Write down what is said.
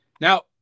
Now